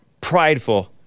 prideful